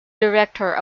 director